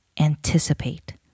anticipate